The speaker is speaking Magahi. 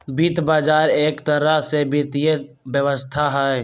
वित्त बजार एक तरह से वित्तीय व्यवस्था हई